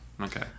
Okay